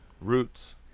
Roots